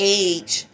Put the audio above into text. age